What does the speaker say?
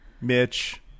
Mitch